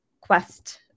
quest